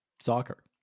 soccer